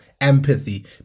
Empathy